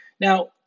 Now